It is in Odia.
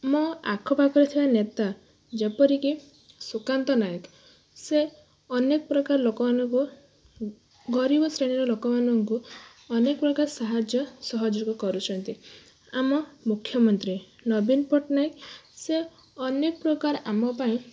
ମୋ ଆଖପାଖରେ ଥିବା ନେତା ଯେପରିକି ସୁକାନ୍ତ ନାଏକ ସେ ଅନେକ ପ୍ରକାର ଲୋକମାନଙ୍କୁ ଗରିବ ଶ୍ରେଣୀର ଲୋକମାନଙ୍କୁ ଅନେକ ପ୍ରକାର ସାହାଯ୍ୟ ସହଯୋଗ କରୁଛନ୍ତି ଆମ ମୁଖ୍ୟମନ୍ତ୍ରୀ ନବୀନ ପଟ୍ଟନାଏକ ସେ ଅନେକ ପ୍ରକାର ଆମ ପାଇଁ